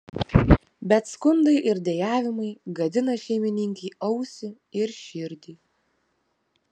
bet skundai ir dejavimai gadina šeimininkei ausį ir širdį